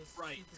right